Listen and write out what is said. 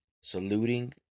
saluting